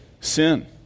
sin